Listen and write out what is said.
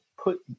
put